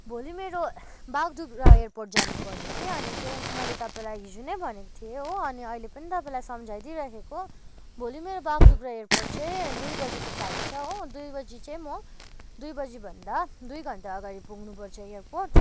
भोलि मेरो बाघडुग्रा एयरपोर्ट जानुपऱ्यो अनि चाहिँ मैले तपाईँलाई हिजो नै भनेको थिएँ हो अनि अहिले पनि तपाईँलाई सम्झाइ दिइराखेको भोलि मेरो बाघडुग्रा एयरपोर्ट चाहिँ दुई बजीको फ्लाइट छ हो दुई बजी चाहिँ म दुई बजी भन्दा दुई घन्टा अगाडि पुग्नुपर्छ एयरपोर्ट